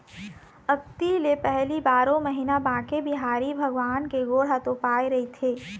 अक्ती ले पहिली बारो महिना बांके बिहारी भगवान के गोड़ ह तोपाए रहिथे